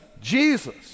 Jesus